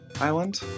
Island